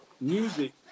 music